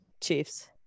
Chiefs